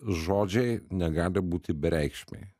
žodžiai negali būti bereikšmiai